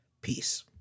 Peace